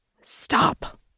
stop